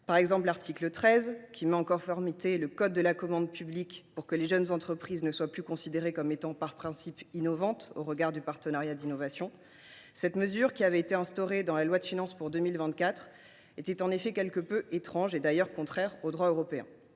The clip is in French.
par exemple, met en conformité le code de la commande publique, afin que les jeunes entreprises innovantes ne soient plus considérées comme étant, par principe, éligibles au regard du partenariat d’innovation. Cette mesure, qui avait été instaurée dans la loi de finances pour 2024, était en effet quelque peu étrange, et d’ailleurs contraire au droit européen.